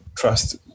trust